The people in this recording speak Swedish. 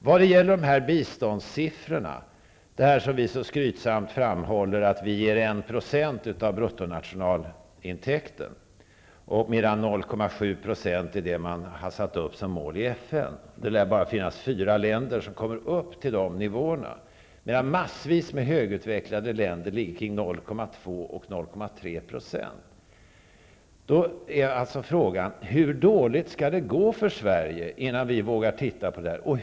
Vi brukar ju skrytsamt framhålla att vi ger 1 % av bruttonationalintäkten i bistånd, medan 0,7 % är det som man har satt upp som mål i FN. Det lär bara finnas fyra länder som kommer upp till de nivåerna. Mängder av högutvecklade länder ligger kring 0,2--0,3 %. Frågan är hur dåligt det skall gå för Sverige innan vi vågar se över detta.